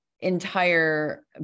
entire